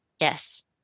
Yes